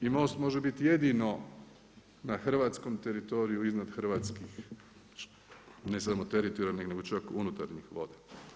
I most može biti jedino na hrvatskom teritoriju iznad hrvatskih, ne samo teritorijalnih nego čak unutarnjih voda.